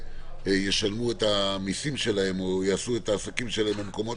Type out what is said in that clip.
ישלמו את המסים שלהם או יעשו את העסקים שלהם במקומות